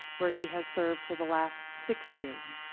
where he has served for the last six years.